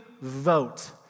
vote